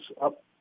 up